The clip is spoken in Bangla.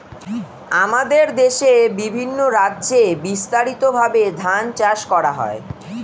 আমাদের দেশে বিভিন্ন রাজ্যে বিস্তারিতভাবে ধান চাষ করা হয়